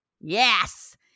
Yes